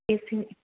AC